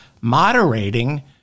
moderating